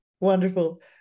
Wonderful